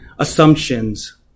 assumptions